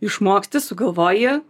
išmoksti sugalvoji